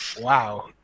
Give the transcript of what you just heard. wow